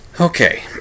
Okay